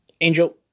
Angel